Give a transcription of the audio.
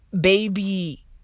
baby